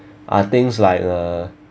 are things like uh